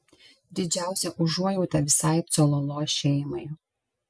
didžiausia užuojauta visai cololo šeimai